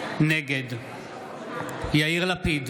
נגד יאיר לפיד,